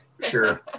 Sure